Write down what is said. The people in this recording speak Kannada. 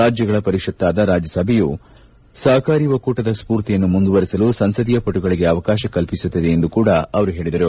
ರಾಜ್ಯಗಳ ಪರಿಷತ್ತಾದ ರಾಜ್ಯಸಭೆಯು ಸಹಕಾರಿ ಒಕ್ಕೂಟದ ಸ್ಫೂರ್ತಿಯನ್ನು ಮುಂದುವರಿಸಲು ಸಂಸದೀಯ ಪಟುಗಳಿಗೆ ಅವಕಾಶ ಕಲ್ಪಿಸುತ್ತದೆ ಎಂದೂ ಹೇಳಿದರು